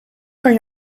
kan